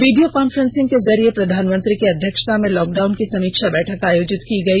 video conferencing के जरिये प्रधानमंत्री की अध्यक्षता में लॉकडाउन की समीक्षा बैठक आयोजित की गई